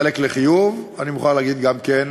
חלק לחיוב, ואני מוכרח להגיד גם כן,